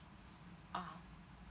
ah